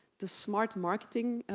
the smart marketing,